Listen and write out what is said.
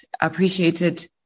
appreciated